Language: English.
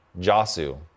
Jasu